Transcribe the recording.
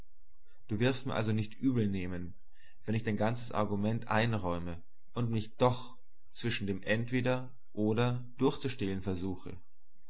du wirst mir also nicht übelnehmen wenn ich dir dein ganzes argument einräume und mich doch zwischen dem entweder oder durchzustehlen suche